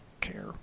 care